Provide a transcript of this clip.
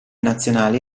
nazionali